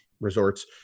resorts